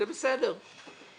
זה בסדר.